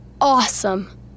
awesome